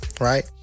right